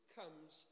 comes